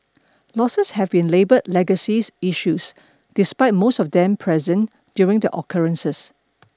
losses have been labelled Legacy Issues despite most of them present during the occurrences